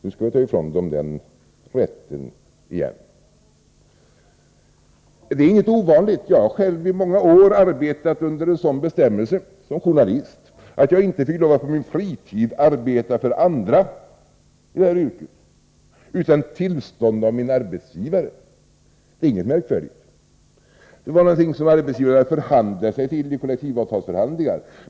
Då skall man ta ifrån dem den rätten igen. Det är inget ovanligt. Jag har själv i många år arbetat under en sådan bestämmelse — som journalist. Jag fick inte lov att på min fritid arbeta för andra i det yrket utan tillstånd av min arbetsgivare. Det är inget märkvärdigt. Det var något som arbetsgivaren förhandlade sig till i kollektivavtalsförhandlingarna.